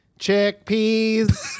chickpeas